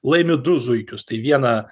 laimi du zuikius tai viena